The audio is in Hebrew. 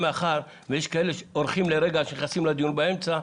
מאחר שיש כאלה אורחים לרגע שנכנסים לדיון באמצע,